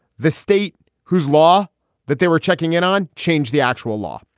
the state whose law that they were checking in on changed the actual law.